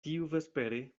tiuvespere